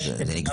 לא, זה נגזרת.